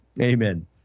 Amen